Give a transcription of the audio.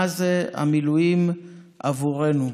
מה זה המילואים עבורנו.